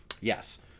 Yes